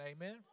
amen